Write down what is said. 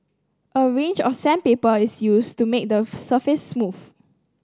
a range of sandpaper is used to make the surface smooth